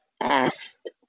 asked